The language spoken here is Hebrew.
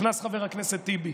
נכנס חבר הכנסת טיבי,